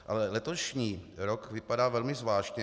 Ale letošní rok vypadá velmi zvláštně.